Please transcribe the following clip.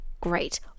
Great